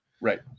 Right